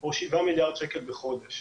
או לשבעה מיליארד שקל בחודש.